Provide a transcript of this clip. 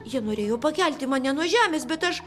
jie norėjo pakelti mane nuo žemės bet aš